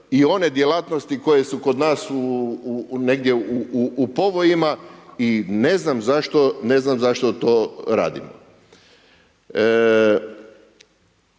i one djelatnosti koje su kod nas negdje u povojima i ne znam zašto to radimo.